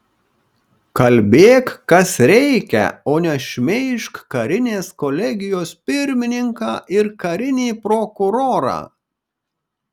kalbėk kas reikia o ne šmeižk karinės kolegijos pirmininką ir karinį prokurorą